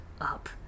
up